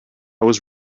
was